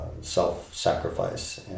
self-sacrifice